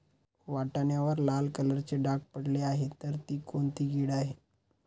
वाटाण्यावर लाल कलरचे डाग पडले आहे तर ती कोणती कीड आहे?